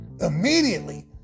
immediately